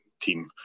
team